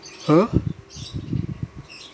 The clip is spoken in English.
!huh!